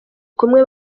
kumwe